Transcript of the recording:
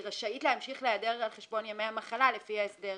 היא רשאית להמשיך להיעדר על חשבון ימי המחלה לפי ההסדר